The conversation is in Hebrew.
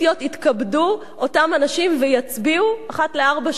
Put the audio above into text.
יתכבדו אותם אנשים ויצביעו אחת לארבע שנים,